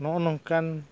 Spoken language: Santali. ᱱᱚᱜᱼᱚ ᱱᱚᱝᱠᱟᱱ